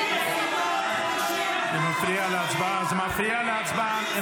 --- זה מפריע להצבעה.